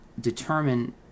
determine